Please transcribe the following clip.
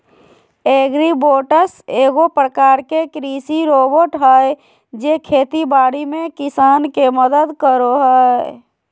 agribots एगो प्रकार के कृषि रोबोट हय जे खेती बाड़ी में किसान के मदद करो हय